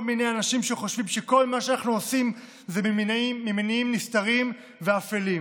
מיני אנשים שחושבים שכל מה שאנחנו עושים זה ממניעים נסתרים ואפלים.